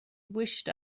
wished